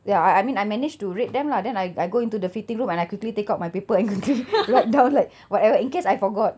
ya I I mean I managed to rate them lah then I I go into the fitting room and I quickly take out my paper and quickly write down like whatever in case I forgot